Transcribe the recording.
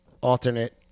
alternate